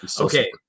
Okay